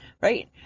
Right